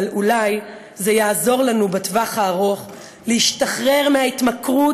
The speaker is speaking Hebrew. אבל אולי זה יעזור לנו בטווח הארוך להשתחרר מההתמכרות